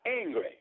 angry